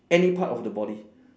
any part of the body